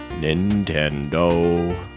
Nintendo